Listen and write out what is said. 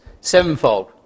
sevenfold